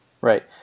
Right